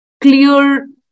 clear